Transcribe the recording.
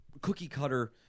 cookie-cutter